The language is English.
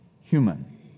human